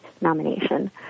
nomination